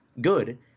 good